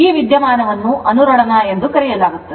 ಈ ವಿದ್ಯಮಾನವನ್ನು ಅನುರಣನ ಎಂದು ಕರೆಯಲಾಗುತ್ತದೆ